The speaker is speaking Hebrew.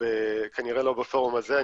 כנראה לא בפורם הזה,